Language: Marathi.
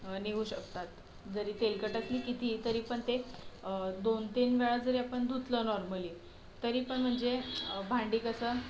निघू शकतात जरी तेलकट असली कितीही तरी पण ते दोन तीन वेळा जरी आपण धुतलं नॉर्मली तरी पण म्हणजे भांडी कसं